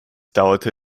dauerte